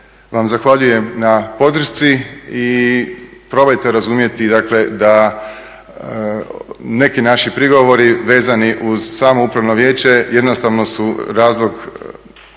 vam zahvaljujem na podršci i probajte razumjeti dakle da neki naši prigovori vezani uz samo Upravno vijeće jednostavno su razlog